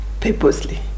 purposely